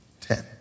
ten